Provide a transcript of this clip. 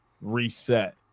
reset